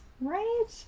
Right